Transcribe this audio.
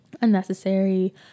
unnecessary